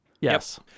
Yes